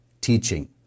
teaching